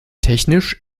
technisch